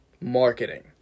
marketing